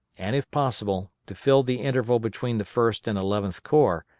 and, if possible to fill the interval between the first and eleventh corps,